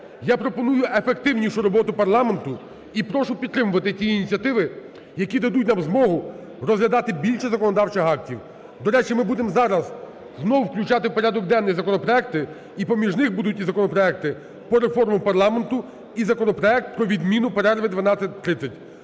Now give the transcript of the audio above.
Я пропоную ефективнішу роботу парламенту і прошу підтримувати ті ініціативи, які дадуть нам змогу розглядати більше законодавчих актів. До речі, ми будем зараз знову включати в порядок денний законопроекти, і поміж них будуть і законопроекти по реформам парламенту і законопроект про відміну перерви 12-12.30.